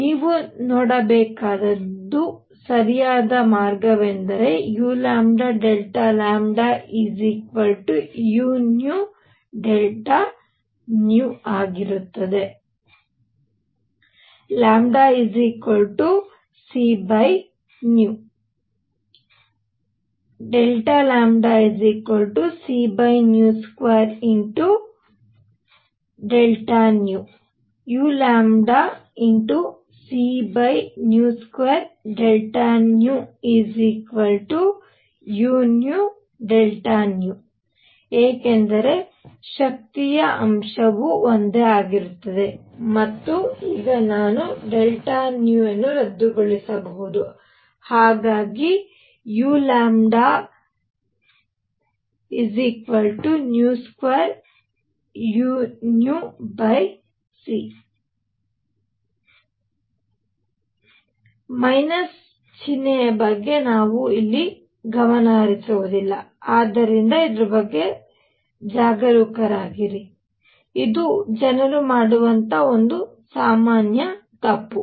ನೀವು ನೋಡಬೇಕಾದದ್ದು ಸರಿಯಾದ ಮಾರ್ಗವೆಂದರೆ uu c c2 uc2 u ಏಕೆಂದರೆ ಶಕ್ತಿಯ ಅಂಶವು ಒಂದೇ ಆಗಿರುತ್ತದೆ ಮತ್ತು ಈಗ ನಾನು ರದ್ದುಗೊಳಿಸಬಹುದು ಹಾಗಾಗಿ u2uc ಮೈನಸ್ ಚಿಹ್ನೆಯ ಬಗ್ಗೆ ನಾನು ಚಿಂತಿಸುತ್ತಿಲ್ಲ ಆದ್ದರಿಂದ ಈ ಬಗ್ಗೆ ಜಾಗರೂಕರಾಗಿರಿ ಇದು ಜನರು ಮಾಡುವ ಸಾಮಾನ್ಯ ತಪ್ಪು